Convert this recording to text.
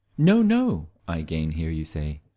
no, no, i again hear you say,